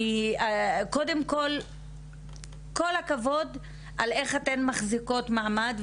קודם כול, כל הכבוד על איך שאתן מחזיקות מעמד.